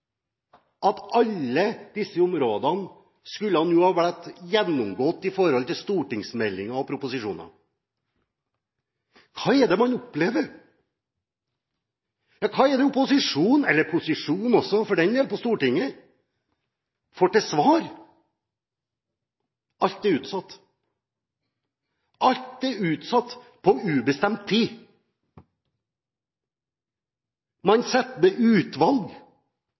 at alle disse områdene nå skulle vært gjennomgått i stortingsmeldinger og proposisjoner. Hva er det man opplever, hva er det opposisjonen – eller posisjonen for den del – på Stortinget får til svar? Alt er utsatt, alt er utsatt på ubestemt tid. Man setter ned utvalg,